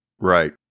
Right